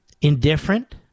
Indifferent